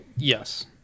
Yes